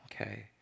okay